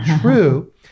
true